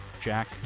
Jack